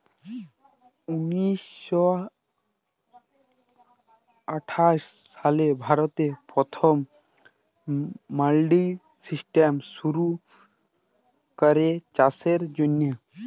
উনিশ শ আঠাশ সালে ভারতে পথম মাল্ডি সিস্টেম শুরু ক্যরা চাষের জ্যনহে